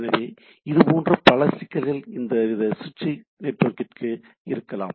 எனவே இதுபோல பல சிக்கல்கள் இந்தவித சுவிட்ச் நெட்வொர்க்கிற்கு இருக்கலாம்